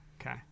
Okay